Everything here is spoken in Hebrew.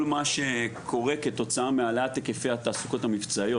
מה שקורה כתוצאה מהעלאת היקף התעסוקות המבצעיות.